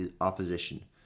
opposition